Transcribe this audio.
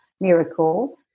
miracle